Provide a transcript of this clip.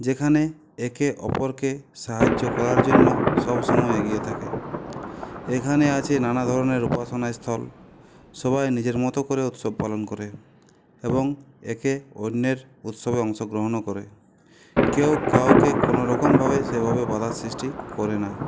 যেখানে একে অপরকে সাহায্য করার জন্য সবসময় এগিয়ে থাকে এখানে আছে নানা ধরনের উপাসনাস্থল সবাই নিজের মতো করে উৎসব পালন করে এবং একে অন্যের উৎসবে অংশগ্রহণও করে কেউ কাউকে কোনোরকমভাবে সেভাবে বাধার সৃষ্টি করে না